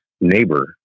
neighbor